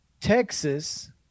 Texas